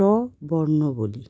ট বর্ণ বলি